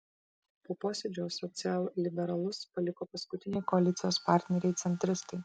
po posėdžio socialliberalus paliko paskutiniai koalicijos partneriai centristai